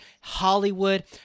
Hollywood